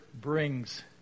brings